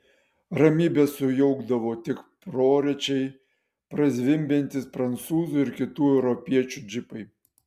ramybę sujaukdavo tik prorečiai prazvimbiantys prancūzų ir kitų europiečių džipai